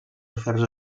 afers